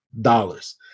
dollars